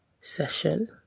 session